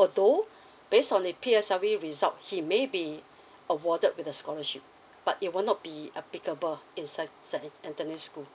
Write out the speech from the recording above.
although based on the P_S_L_E result he may be awarded with a scholarship but it will not be applicable in sain~ saint anthony school